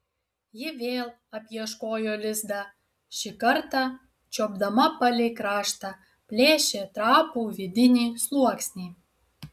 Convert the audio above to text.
ji vėl apieškojo lizdą šį kartą čiuopdama palei kraštą plėšė trapų vidinį sluoksnį